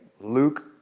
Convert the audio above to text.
Luke